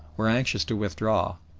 were anxious to withdraw,